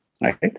right